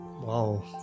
Wow